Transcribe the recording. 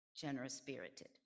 generous-spirited